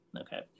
okay